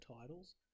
titles